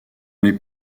les